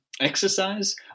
exercise